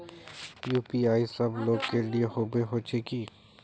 UPI सब लोग के लिए होबे होचे की?